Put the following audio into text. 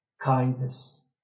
kindness